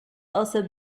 also